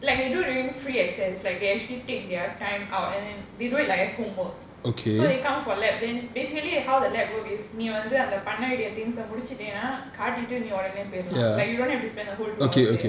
like they do during free access like they actually take their time out and then they do it like as homework so they come for lab then basically how the lab work is நீவந்துஅந்தபண்ணவேண்டிய:nee vandhu antha panna vendiya things முடிச்சிட்டேனாகாட்டிட்டுநீஉடனேபோயிரலாம்:mudichiteena kaatitu nee udane poyiralam like you don't have to spend the whole two hours there